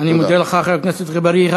אני מודה לך, חבר הכנסת אגבאריה.